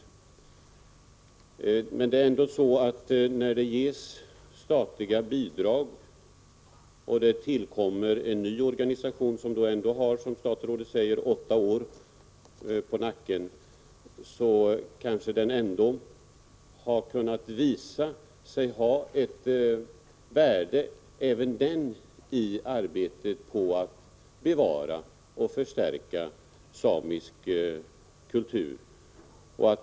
Emellertid ger ju staten bidrag till sameorganisationerna, och när det tillkommer en ny organisation kan det tyckas att även den borde vara bidragsberättigad. Som statsrådet säger, har Landsförbundet Svenska Samer nu åtta år på nacken, och då torde det ha visat sig att även den organisationen har ett värde i arbetet på att bevara och förstärka samisk kultur.